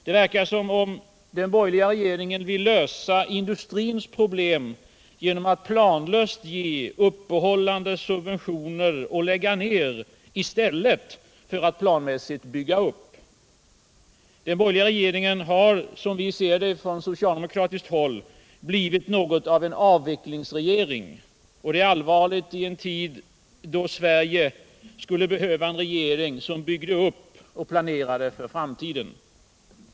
Det verkar som om den borgerliga regeringen vill lösa industrins problem genom att planlöst ge uppehållande subventioner och lägga ner, i stället för att planmässigt bygga upp. Den borgerliga regeringen har som vi ser det från socialdemokratiskt håll blivit något av en avvecklingsregering. Det är allvarligt i en tid då Sverige skulle behöva en regering som byggde upp och planerade för framtiden.